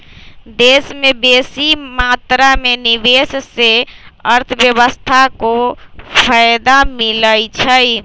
देश में बेशी मात्रा में निवेश से अर्थव्यवस्था को फयदा मिलइ छइ